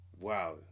Wow